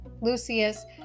Lucius